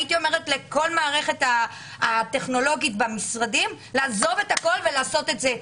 הייתי אומרת לכל המערכת הטכנולוגית במשרדים לעזוב את הכל ולעשות את זה.